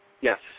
Yes